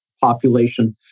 population